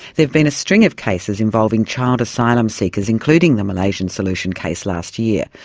there've been a string of cases involving child asylum seekers including the malaysian solution case last year,